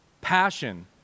passion